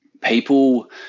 people –